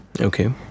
Okay